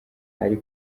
ari